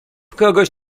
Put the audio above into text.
kogoś